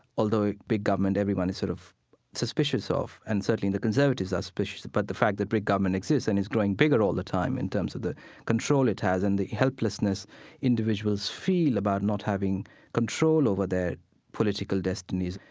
although big government, everyone is sort of suspicious of, and certainly the conservatives are suspicious of. but the fact that big government exists and is growing bigger all the time in terms of the control it has and the helplessness individuals feel about not having control over their political destinies.